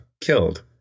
killed